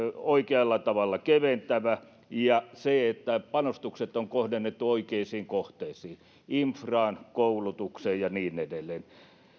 oikealla tavalla keventävä ja se että panostukset on kohdennettu oikeisiin kohteisiin infraan koulutuksen ja niin edelleen